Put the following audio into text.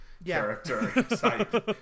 character